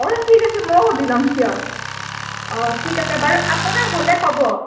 অঁ অঁ ঠিক আছে মই সুধি ল'ম দিয়ক অঁ ঠিক আছে বাৰু আপোনাৰ হ'লে ক'ব